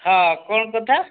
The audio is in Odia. ହଁ କ'ଣ କଥା